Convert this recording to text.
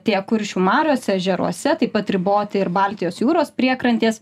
tiek kuršių mariose ežeruose taip pat riboti ir baltijos jūros priekrantės